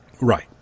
right